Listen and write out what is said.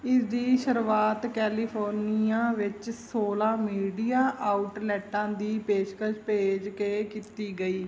ਇਸਦੀ ਸ਼ੁਰੂਆਤ ਕੈਲੀਫੋਰਨੀਆ ਵਿੱਚ ਸੋਲ੍ਹਾਂ ਮੀਡੀਆ ਆਉਟਲੈਟਾਂ ਦੀ ਪੇਸ਼ਕਸ ਭੇਜ ਕੇ ਕੀਤੀ ਗਈ